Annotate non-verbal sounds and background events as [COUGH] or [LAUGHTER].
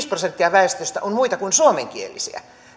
[UNINTELLIGIBLE] prosenttia väestöstä on muita kuin suomenkielisiä